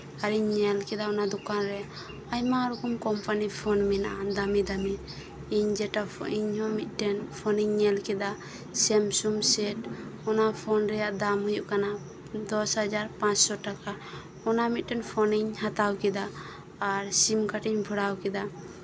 ᱟᱨᱤᱧ ᱧᱮᱞ ᱠᱮᱫᱟ ᱚᱱᱟ ᱫᱚᱠᱟᱱ ᱨᱮ ᱟᱭᱢᱟ ᱨᱚᱠᱚᱢ ᱠᱳᱢᱯᱟᱱᱤ ᱯᱷᱳᱱ ᱢᱮᱱᱟᱜᱼᱟ ᱫᱟᱹᱢᱤ ᱫᱟᱹᱢᱤ ᱤᱧ ᱡᱮᱴᱟ ᱤᱧ ᱦᱚᱸ ᱢᱤᱫᱴᱮᱱ ᱯᱷᱳᱱ ᱤᱧ ᱧᱮᱞ ᱠᱮᱫᱟ ᱥᱮᱢᱥᱩᱝ ᱥᱮᱴ ᱚᱱᱟ ᱯᱷᱳᱱ ᱨᱮᱱᱟᱜ ᱫᱟᱢ ᱦᱩᱭᱩᱜ ᱠᱟᱱᱟ ᱫᱚᱥ ᱦᱟᱡᱟᱨ ᱯᱟᱸᱪᱥᱳ ᱴᱟᱠᱟ ᱚᱱᱟ ᱢᱤᱫᱴᱟᱝ ᱯᱷᱳᱱ ᱤᱧ ᱦᱟᱛᱟᱣ ᱠᱮᱫᱟ ᱟᱨ ᱥᱤᱢᱠᱟᱨᱰ ᱤᱧ ᱵᱷᱚᱨᱟᱣ ᱠᱮᱫᱟ